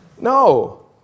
No